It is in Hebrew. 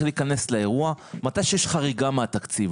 להיכנס לאירוע מתי שיש חריגה מהתקציב,